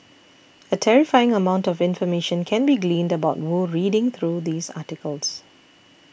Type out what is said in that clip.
a terrifying amount of information can be gleaned about Wu reading through these articles